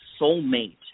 soulmate